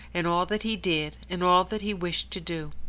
in all that he did, in all that he wished to do.